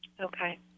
Okay